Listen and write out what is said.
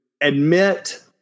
admit